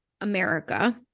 America